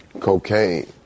Cocaine